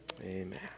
Amen